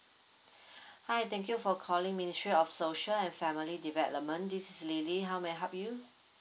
hi thank you for calling ministry of social and family development this is lily how may I help you